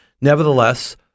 Nevertheless